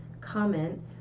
comment